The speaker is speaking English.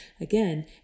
again